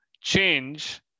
change